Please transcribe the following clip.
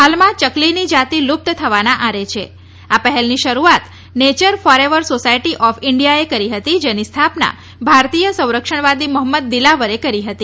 હાલમાં ચકલીની જાતિ લુપ્ત થવાના આરે છે આ પહેલની શરૂઆત નેચર ફોરએવર સોસાયટી ઓફ ઇન્ડિયાએ કરી હતી જેની સ્થાપના ભારતથીય સંરક્ષણવાદી મોહમ્મદ દિલાવરે કરી હતી